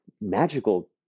magical